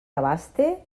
abaste